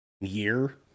year